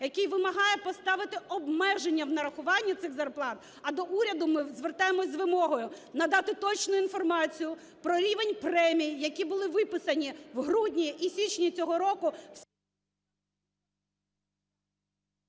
який вимагає поставити обмеження в нарахуванні цих зарплат. А до уряду ми звертаємося з вимогою, надати точну інформацію про рівень премій, які були виписані в грудні і січні цього року...